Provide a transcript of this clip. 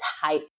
type